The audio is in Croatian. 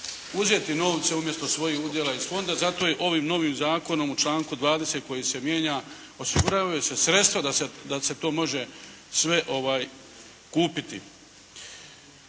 uzeti novce umjesto svojih udjela iz fonda. Zato je i ovim novim zakonom u članku 20. koji se mijenja, osiguravaju se sredstva da se to može sve kupiti.